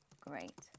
great